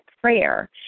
prayer